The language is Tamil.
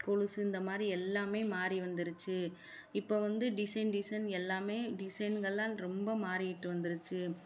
கொலுசு இந்த மாதிரி எல்லாமே மாறி வந்துடுச்சு இப்போ வந்து டிசைன் டிசைன் எல்லாமே டிசைன்கள்லாம் ரொம்ப மாறிட்டு வந்துருச்சு